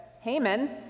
Haman